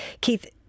Keith